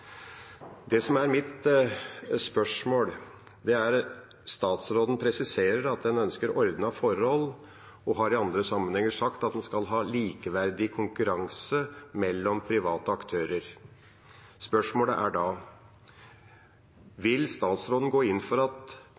Statsråden presiserer at en ønsker ordnede forhold, og hun har i andre sammenhenger sagt at en skal ha likeverdig konkurranse mellom private aktører. Spørsmålet er da: Vil statsråden gå inn for at